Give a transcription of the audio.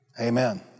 Amen